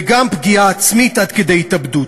וגם פגיעה עצמית, עד כדי התאבדות.